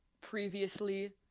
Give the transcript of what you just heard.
previously